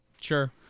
Sure